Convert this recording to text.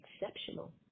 exceptional